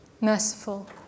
merciful